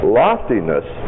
loftiness